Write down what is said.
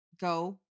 go